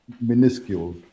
minuscule